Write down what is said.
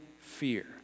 fear